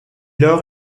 lors